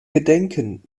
gedenken